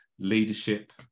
leadership